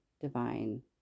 divine